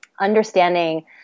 understanding